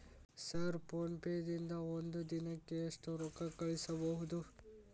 Sir PhonePe ದಿಂದ ಒಂದು ದಿನಕ್ಕೆ ಎಷ್ಟು ರೊಕ್ಕಾ ಕಳಿಸಬಹುದು?